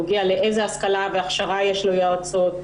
בנוגע לאיזו השכלה והכשרה יש ליועצות,